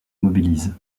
mobilise